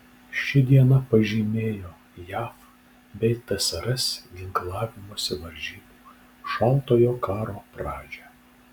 ši diena pažymėjo jav bei tsrs ginklavimosi varžybų šaltojo karo pradžią